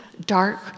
dark